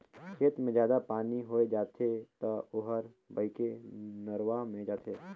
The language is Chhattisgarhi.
खेत मे जादा पानी होय जाथे त ओहर बहके नरूवा मे जाथे